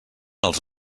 els